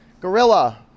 Gorilla